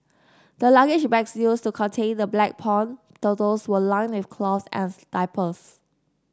the luggage bags used to contain the black pond turtles were lined with cloth and diapers